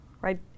right